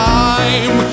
time